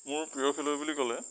মোৰ প্ৰিয় খেলুৱৈ বুলি ক'লে